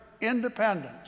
independence